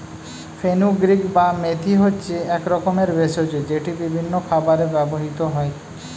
fenugreek বা মেথি হচ্ছে এক রকমের ভেষজ যেটি বিভিন্ন খাবারে ব্যবহৃত হয়